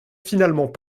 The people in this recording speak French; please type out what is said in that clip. finalement